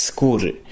Skóry